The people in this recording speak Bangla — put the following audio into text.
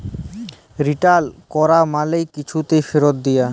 রিটার্ল ক্যরা মালে কিছুকে ফিরত দিয়া